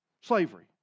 Slavery